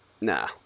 Nah